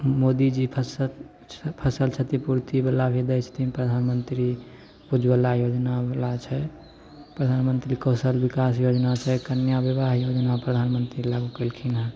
मोदीजी फसल फसल क्षतिपूर्तिवला भी दै छथिन प्रधानमन्त्री उज्ज्वला योजनावला छै प्रधानमन्त्री कौशल विकास योजना छै कन्या विवाह योजना प्रधानमन्त्री लागू केलखिन हँ